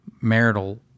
marital